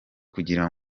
kugira